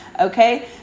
Okay